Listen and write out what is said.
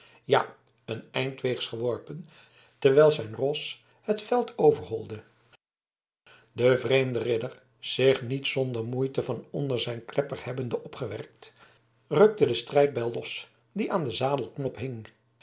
ja een eind weegs geworpen terwijl zijn ros het veld overholde de vreemde ridder zich niet zonder moeite van onder zijn klepper hebbende opgewerkt rukte de strijdbijl los die aan den zadelknop hing